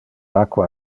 aqua